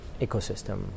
ecosystem